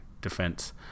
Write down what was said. defense